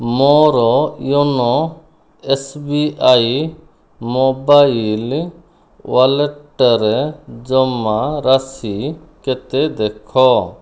ମୋର YONO S B I mobile ୱାଲେଟ୍ରେ ଜମାରାଶି କେତେ ଦେଖ